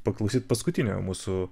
paklausyti paskutiniojo mūsų